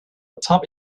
atop